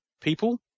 people